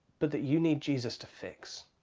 but that you need jesus to fix.